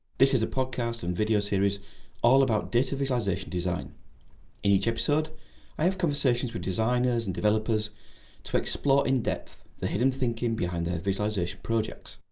this is a podcast and video series all about data visualisation design. in each episode i have conversations with designers and developers to explore in depth the hidden thinking behind their visualisation projects.